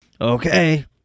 Okay